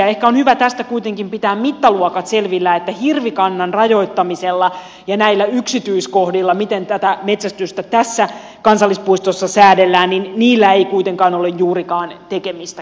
ehkä on hyvä tästä kuitenkin pitää mittaluokat selvillä että hirvikannan rajoittamisella ja näillä yksityiskohdilla miten tätä metsästystä tässä kansallispuistossa säädellään ei kuitenkaan ole juurikaan tekemistä keskenään